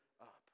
up